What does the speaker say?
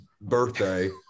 birthday